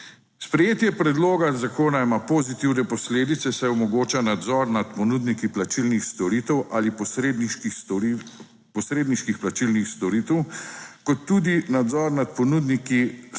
Sprejetje predloga zakona ima pozitivne posledice, saj omogoča nadzor nad ponudniki plačilnih storitev ali posredniških, posredniških plačilnih storitev kot tudi nadzor nad ponudniki storitev